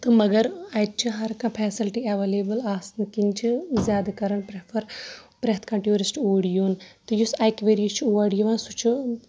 تہٕ مَگر اَتہِ چھےٚ ہر کانٛہہ فیسلٹی ایویلیبٔل آسنہٕ کنۍ چھِ زیادٕ کران پریفر پرٮ۪تھ کانٛہہ ٹوٗرِسٹ اوٗرۍ یُن تہٕ یُس اَکہِ ؤری چھُ اور یِوان سُہ چھُ